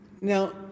Now